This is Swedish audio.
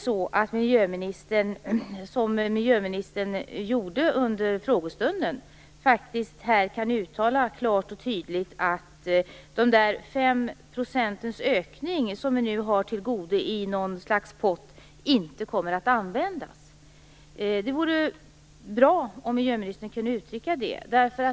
Kan miljöministern, som miljöministern gjorde under frågestunden, klart och tydligt uttala att den 5 procentiga ökning som vi nu har till godo i något slags pott inte kommer att användas? Det vore bra om miljöministern kunde uttrycka det.